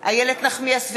איילת נחמיאס ורבין,